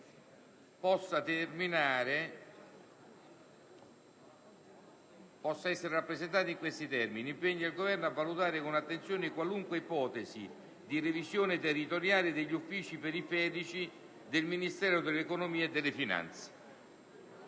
relativo all'impegno nei seguenti termini: «impegna il Governo a valutare con attenzione qualunque ipotesi di revisione territoriale degli uffici periferici del Ministero dell'economia e delle finanze».